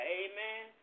amen